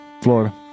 Florida